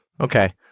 Okay